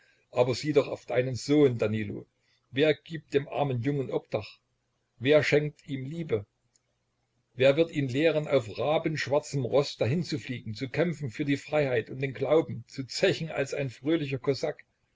aber sieh doch auf deinen sohn danilo wer gibt dem armen jungen obdach wer schenkt ihm liebe wer wird ihn lehren auf rabenschwarzem roß dahinzufliegen zu kämpfen für die freiheit und den glauben zu zechen als ein fröhlicher kosak